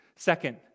Second